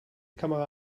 kamera